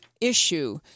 issue